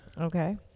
Okay